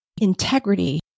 integrity